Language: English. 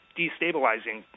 destabilizing